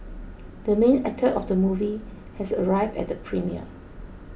the main actor of the movie has arrived at the premiere